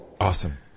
Awesome